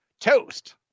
Toast